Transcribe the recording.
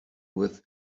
with